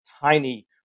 tiny